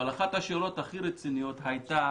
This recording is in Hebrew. אבל אחת השאלת הכי רציניות הייתה